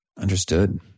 Understood